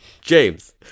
James